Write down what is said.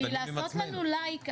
כי לעשות לנו לייק,